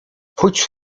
pójdź